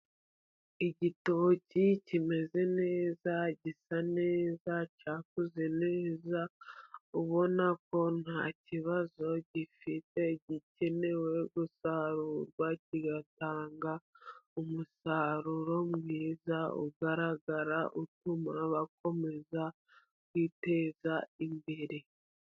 Igitoki kimeze neza, gisa neza, cyakuze neza, ubona ko nta kibazo gifite, gikeneye gusarurwa kigatanga umusaruro mwiza ugaragara, utuma bakomeza kwiteza imbere.